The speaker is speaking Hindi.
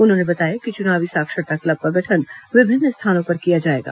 उन्होंने बताया कि चुनावी साक्षरता क्लब का गठन विभिन्न स्थानों पर किया जाएगा